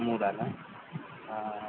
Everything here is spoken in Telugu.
మూడాల